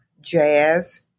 jazz